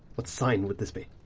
what sign would this be?